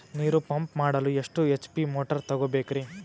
ನೀರು ಪಂಪ್ ಮಾಡಲು ಎಷ್ಟು ಎಚ್.ಪಿ ಮೋಟಾರ್ ತಗೊಬೇಕ್ರಿ?